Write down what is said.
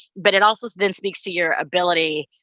but it also then speaks to your ability,